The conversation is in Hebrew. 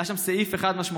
היה שם סעיף אחד משמעותי,